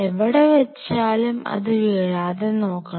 എവിടെ വച്ചാലും അത് വീഴാതെ നോക്കണം